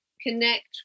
connect